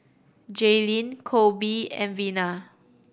Jaylene Coby and Vena